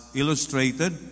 illustrated